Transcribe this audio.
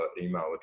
email